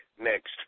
next